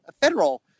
federal